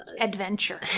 adventure